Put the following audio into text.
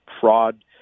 fraud